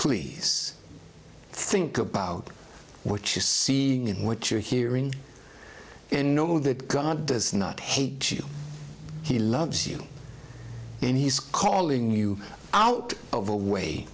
please think about what she's seeing in what you're hearing in know that god does not hate you he loves you and he's calling you out of a way